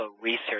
research